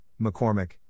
McCormick